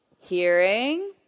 hearing